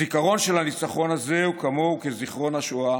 הזיכרון של הניצחון הזה, כמוהו כזיכרון השואה,